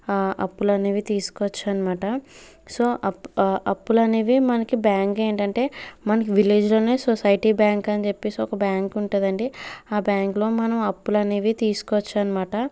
అప్పులు అనేవి తీసుకోవచ్చు అన్నమాట సో అప్పులు అనేవి మనకి బ్యాంకు ఏంటంటే మనకి విలేజ్లోనే సొసైటీ బ్యాంక్ అని చెప్పేసి ఒక బ్యాంకు ఉంటుందండి ఆ బ్యాంకులో మనం అప్పులు అనేది తీసుకొచ్చన్నమాట